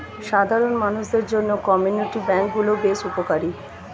সাধারণ মানুষদের জন্য কমিউনিটি ব্যাঙ্ক গুলো বেশ উপকারী